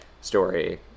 story